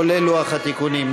כולל לוח התיקונים?